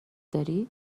داری